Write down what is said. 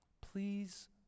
please